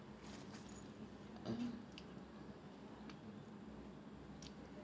mmhmm